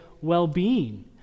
well-being